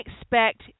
expect